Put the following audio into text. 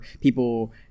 people